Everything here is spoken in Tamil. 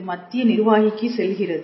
இது மத்திய நிர்வாகிக்கு செல்கிறது